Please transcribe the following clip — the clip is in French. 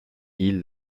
ils